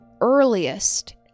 earliest